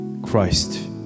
Christ